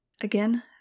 Again